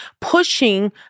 pushing